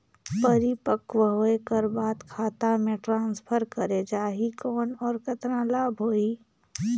परिपक्व होय कर बाद खाता मे ट्रांसफर करे जा ही कौन और कतना लाभ होही?